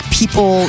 people